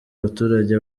abaturage